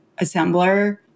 Assembler